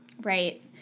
Right